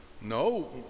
no